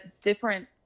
different